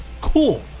cool